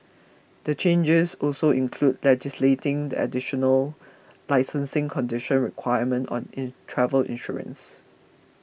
the changes also include legislating the additional licensing condition requirement on travel insurance